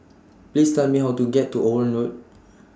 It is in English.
Please Tell Me How to get to Owen Road